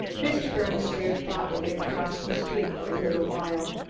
mr. birnes stared thoughtfully across the street for a little while.